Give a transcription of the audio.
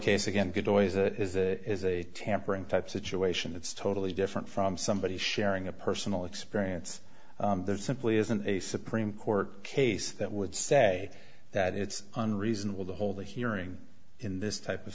case again good choice is a tampering type situation it's totally different from somebody sharing a personal experience there simply isn't a supreme court case that would say that it's unreasonable to hold a hearing in this type of